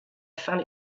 found